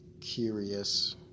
curious